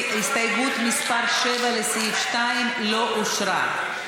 הסתייגות מס' 7, לסעיף 2, לא אושרה.